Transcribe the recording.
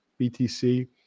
BTC